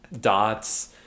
dots